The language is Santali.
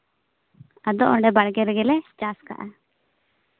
ᱟᱫᱚ ᱚᱸᱰᱮ ᱵᱟᱲᱜᱮ ᱨᱮᱜᱮᱞᱮ ᱪᱟᱥ ᱠᱟᱜᱼᱟ